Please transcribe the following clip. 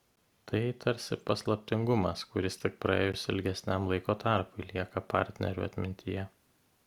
tai tarsi paslaptingumas kuris tik praėjus ilgesniam laiko tarpui lieka partnerių atmintyje